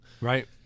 Right